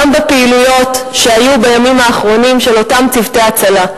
גם בפעילויות שהיו בימים האחרונים של אותם צוותי הצלה.